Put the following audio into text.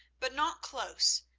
but not close,